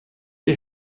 dir